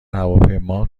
هواپیما